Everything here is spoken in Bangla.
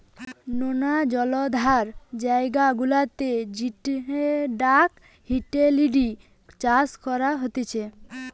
নোনা জলাধার জায়গা গুলাতে জিওডাক হিটেলিডি চাষ করা হতিছে